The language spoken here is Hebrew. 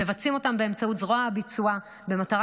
מבצעים אותם באמצעות זרוע הביצוע במטרה